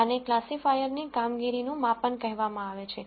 આને ક્લાસિફાયરની કામગીરી નું માપન કહેવામાં આવે છે